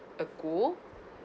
ago